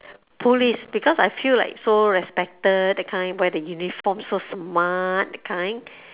police because I feel like so respected that kind wear the uniform so smart that kind